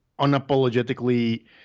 unapologetically